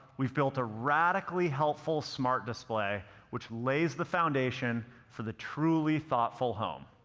we've built a radically helpful smart display which lays the foundation for the truly thoughtful home.